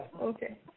Okay